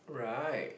right